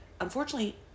unfortunately